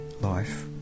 life